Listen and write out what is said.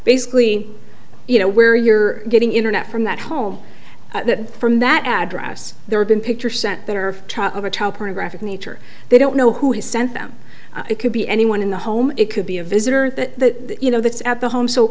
basically you know where you're getting internet from that home that from that address there have been picture sent that are of a top or a graphic nature they don't know who he sent them it could be anyone in the home it could be a visitor that you know that's at the home so